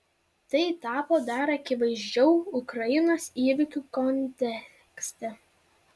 tai tapo dar akivaizdžiau ukrainos įvykių kontekste